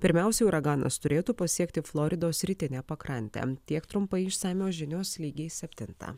pirmiausiai uraganas turėtų pasiekti floridos rytinę pakrantę tiek trumpai išsamios žinios lygiai septintą